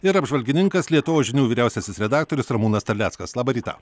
ir apžvalgininkas lietuvos žinių vyriausiasis redaktorius ramūnas terleckas labą rytą